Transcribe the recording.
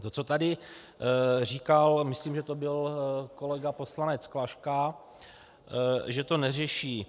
To, co tady říkal, myslím, že to byl kolega poslanec Klaška, že to neřeší.